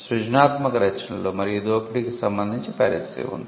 సృజనాత్మక రచనలు మరియు దోపిడీకి సంబంధించి పైరసీ ఉంది